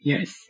Yes